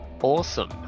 Awesome